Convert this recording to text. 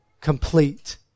complete